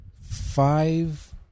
five